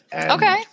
Okay